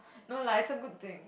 no lah it's a good thing